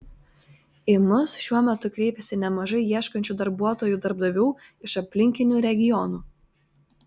į mus šiuo metu kreipiasi nemažai ieškančių darbuotojų darbdavių iš aplinkinių regionų